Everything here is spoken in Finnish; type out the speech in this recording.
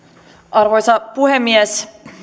arvoisa puhemies